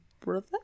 brother